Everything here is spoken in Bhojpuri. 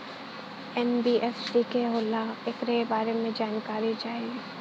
एन.बी.एफ.सी का होला ऐकरा बारे मे जानकारी चाही?